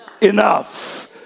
enough